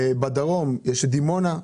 בדרום יש את דימונה,